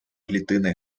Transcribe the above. клітини